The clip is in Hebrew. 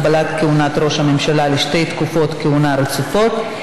הגבלת כהונת ראש הממשלה לשתי תקופות כהונה רצופות),